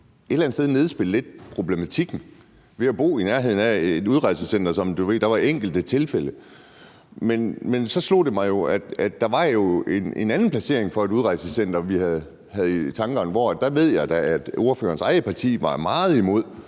et eller andet sted lidt nedspille problematikken i at bo i nærheden af et udrejsecenter og sige, at der var enkelte tilfælde. Men så slog det mig, at der jo var en anden placering for et udrejsecenter, vi havde i tankerne, og der ved jeg da, at ordførerens eget parti var meget imod